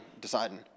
deciding